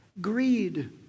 greed